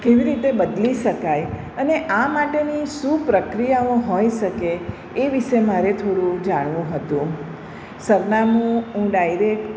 કેવી રીતે બદલી શકાય અને આ માટેની શું પ્રક્રિયાઓ હોઈ શકે એ વિશે મારે થોડું જાણવું હતું સરનામું હું ડાયરેક